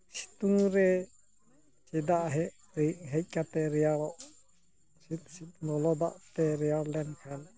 ᱥᱤᱛᱩᱝ ᱨᱮ ᱪᱮᱫᱟᱜ ᱦᱮᱡ ᱠᱟᱛᱮᱫ ᱨᱮᱭᱟᱲᱚᱜ ᱞᱚᱞᱚ ᱫᱟᱜ ᱛᱮ ᱨᱮᱭᱟᱲ ᱞᱮᱱᱠᱷᱟᱱ